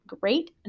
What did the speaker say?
Great